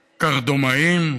קרדומאים?